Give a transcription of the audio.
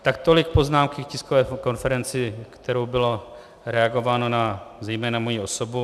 Tak tolik poznámky k tiskové konferenci, kterou bylo reagováno zejména na moji osobu.